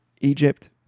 Egypt